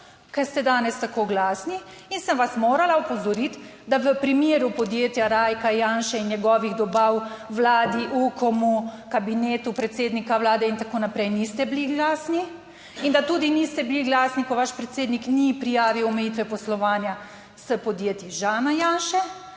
ki ste danes tako glasni, in sem vas morala opozoriti, da v primeru podjetja Rajka Janše in njegovih dobav vladi, Ukomu, kabinetu predsednika Vlade in tako naprej, niste bili glasni in da tudi niste bili glasni, ko vaš predsednik ni prijavil. omejitve poslovanja s podjetji Žana Janše,